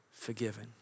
forgiven